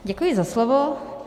Děkuji za slovo.